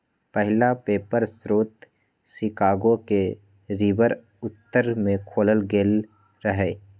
पहिला पेपर स्रोत शिकागो के रिवर उत्तर में खोलल गेल रहै